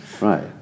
Right